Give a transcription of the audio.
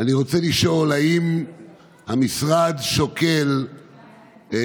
אני רוצה לשאול: האם המשרד שוקל סגר